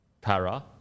Para